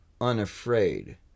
unafraid